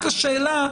רק השאלה,